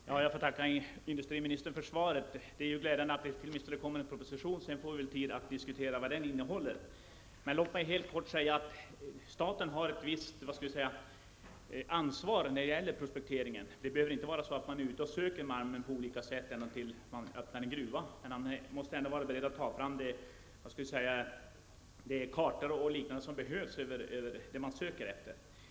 Herr talman! Jag får tacka industriministern för svaret. Det är glädjande att det åtminstone kommer en proposition -- sedan får vi väl tid att diskutera vad den innehåller. Låt mig bara helt kort säga att staten har ett visst ansvar när det gäller prospekteringen. Man behöver från statens sida inte vara ute och söka malm på olika sätt ända tills en gruva öppnas, men man måste ändå vara beredd att ta fram de kartor och liknande som behövs för det man söker efter.